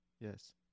Yes